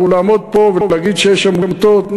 לעמוד פה ולהגיד שיש עמותות.